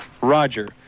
Roger